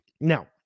Now